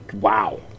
Wow